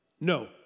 No